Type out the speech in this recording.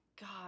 god